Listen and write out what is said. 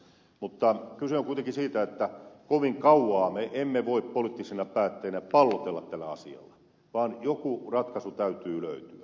mutta kyse on kuitenkin siitä että kovin kauan me emme voi poliittisina päättäjinä pallotella tällä asialla vaan joku ratkaisu täytyy löytyä